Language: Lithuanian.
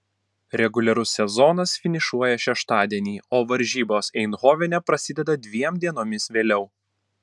reguliarus sezonas finišuoja šeštadienį o varžybos eindhovene prasideda dviem dienomis vėliau